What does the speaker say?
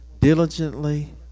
diligently